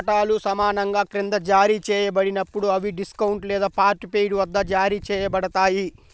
వాటాలు సమానంగా క్రింద జారీ చేయబడినప్పుడు, అవి డిస్కౌంట్ లేదా పార్ట్ పెయిడ్ వద్ద జారీ చేయబడతాయి